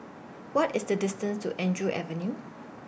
What IS The distance to Andrew Avenue